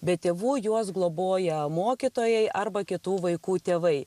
be tėvų juos globoja mokytojai arba kitų vaikų tėvai